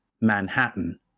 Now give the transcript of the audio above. Manhattan